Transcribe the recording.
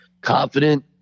confident